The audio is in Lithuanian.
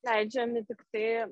leidžiami tiktai